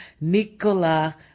Nicola